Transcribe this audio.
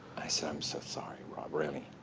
i said, i'm so sorry, rob. really.